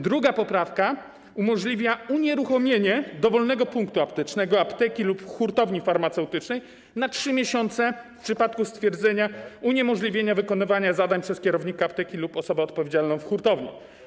Druga poprawka umożliwia unieruchomienie dowolnego punktu aptecznego, apteki lub hurtowni farmaceutycznej na 3 miesiące w przypadku stwierdzenia uniemożliwienia wykonywania zadań przez kierownika apteki lub osobę odpowiedzialną w hurtowni.